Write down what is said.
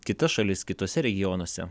kitas šalis kituose regionuose